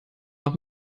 noch